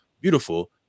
Beautiful